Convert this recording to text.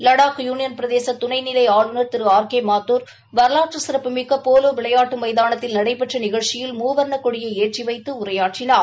Ladakh union பிரதேச துணை நிலை ஆளுநர் திரு ஆர் கே மாத்தூர் வரவாற்று சிறப்பு போலோ விளையாட்டு மைதானத்தில் நடைபெற்ற நிகழ்ச்சியில் மூவர்ணக் கொடியை ஏற்றி வைத்து உரையாற்றினார்